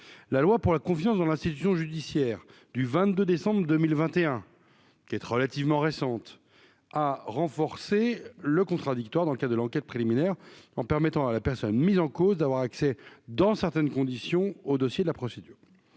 la loi pour la confiance dans l'institution judiciaire du 22 décembre 2021 qui est relativement récente à renforcer le contradictoire dans le cas de l'enquête préliminaire en permettant à la personne mise en cause d'avoir accès dans certaines conditions au dossier de la procédure,